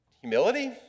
humility